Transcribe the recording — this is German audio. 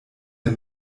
der